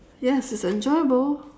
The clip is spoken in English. yes it's enjoyable